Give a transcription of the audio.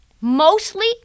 Mostly